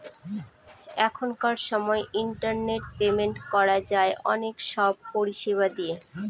এখনকার সময় internet payment করা যায় অনেক সব পরিষেবা দিয়ে